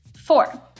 Four